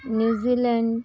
New Zealand